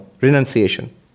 Renunciation